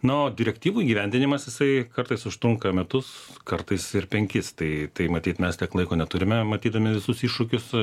na o direktyvų įgyvendinimas jisai kartais užtrunka metus kartais ir penkis tai tai matyt mes tiek laiko neturime matydami visus iššūkius